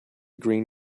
green